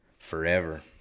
forever